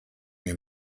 mir